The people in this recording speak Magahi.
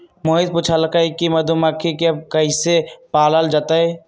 मोहित पूछलकई कि मधुमखि के कईसे पालल जतई